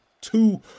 two